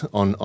on